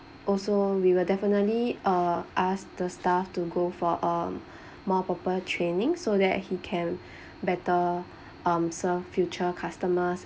also we will definitely uh ask the staff to go for a more proper training so that he can better um serve future customers